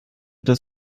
das